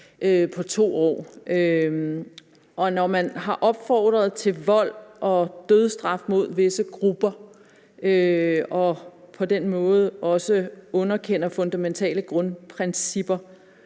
på 2 år. Og når man har opfordret til vold mod og dødsstraf over for visse grupper og på den måde også underkender fundamentale principper,